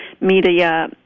media